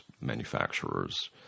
manufacturers